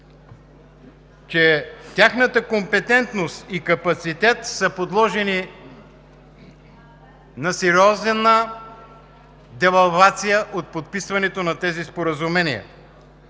че тяхната компетентност и капацитет са подложени на сериозна девалвация от подписването на тези споразумения,